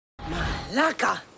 Malaka